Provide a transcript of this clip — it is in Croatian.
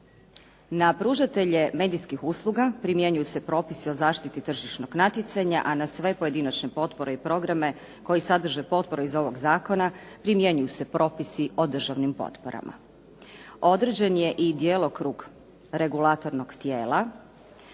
Na pružatelje medijskih usluga primjenjuju se propisi o zaštiti tržišnog natjecanja a na sve pojedinačne potpore i programe koji sadrže potpore iz ovog Zakona primjenjuju se propisi o državnim potporama. Određen je i djelokrug regulatornog tijela,